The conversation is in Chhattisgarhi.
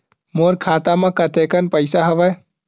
मोर खाता म कतेकन पईसा हवय?